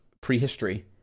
prehistory